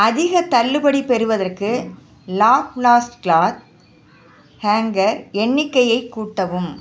அதிகத் தள்ளுபடி பெறுவதற்கு லாப்ளாஸ்ட் க்ளாத் ஹேங்கர் எண்ணிக்கையை கூட்டவும்